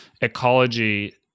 Ecology